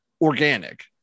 Organic